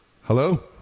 hello